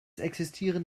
existieren